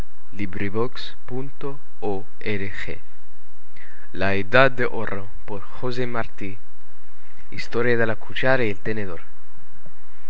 paseo por la tierra de los anamitas historia de la cuchara y el tenedor